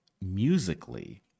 musically